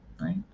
right